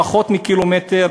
פחות מקילומטר,